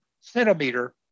centimeter